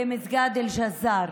במסגד אל-ג'זאר.